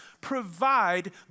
provide